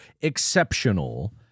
exceptional